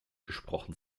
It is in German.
gesprochen